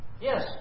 Yes